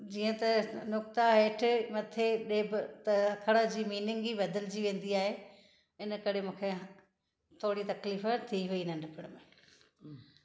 जीअं त नुक़्ता हेठि मथे ॾेबि त अख़र जी मीनिंग ई बदलिजी वेंदी आहे इन करे मूंखे थोरी तकलीफ़ थी हुई नंढपिण में हमम